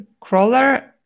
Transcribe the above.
crawler